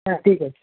হ্যাঁ ঠিক আছে